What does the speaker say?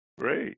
Great